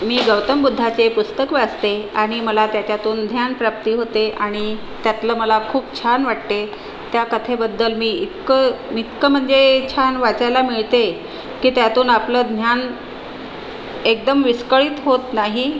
मी गौतम बुद्धाचे पुस्तक वाचते आणि मला त्याच्यातून ध्यानप्राप्ती होते आणि त्यातलं मला खूप छान वाटते त्या कथेबद्दल मी इतकं इतकं म्हणजे छान वाचायला मिळते की त्यातून आपलं ध्यान एकदम विस्कळीत होत नाही